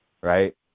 right